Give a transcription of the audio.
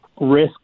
risk